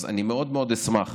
אז אני מאוד מאוד אשמח